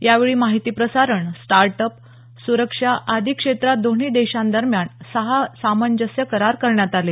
यावेळी माहिती प्रसारण स्टार्ट अप सुरक्षा आदी क्षेत्रात दोन्ही देशांदरम्यान सहा सामंजस्य करार करण्यात आले